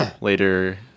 later